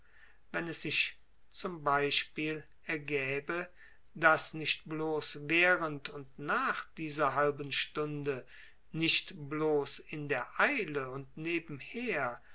wenn es sich zum beispiel ergäbe daß nicht bloß während und nach dieser halben stunde nicht bloß in der eile und nebenher